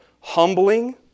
humbling